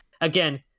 again